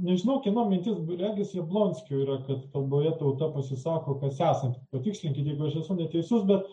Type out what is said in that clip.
nežinau kieno mintis regis jablonskio yra kad kalboje tauta pasisako kas esant patikslinkit jeigu aš esu neteisus bet